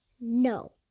No